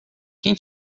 quem